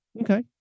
Okay